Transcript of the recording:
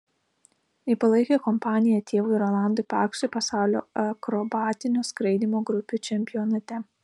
ji palaikė kompaniją tėvui rolandui paksui pasaulio akrobatinio skraidymo grupių čempionate